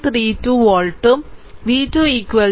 32 വോൾട്ടും v2 6